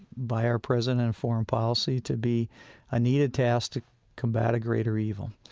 by our president and foreign policy, to be a needed task to combat a greater evil.